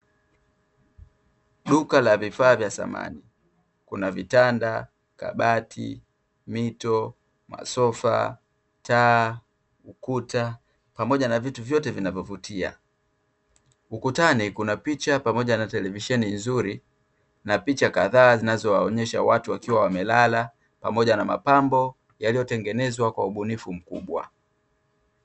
Duka la vifaa vya samani, kuna vitanda kabati mito, masofa, taa, ukuta, pamoja na vitu vyote vinavyovutia. Ukutani kuna picha pamoja na televisheni nzuri na picha kadhaa zinazowaonyesha watu wakiwa wamelala, pamoja na mapambo yaliyotengenezwa kwa ubunifu mkubwa.